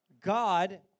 God